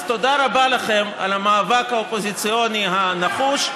אז תודה רבה לכם על המאבק האופוזיציוני הנחוש,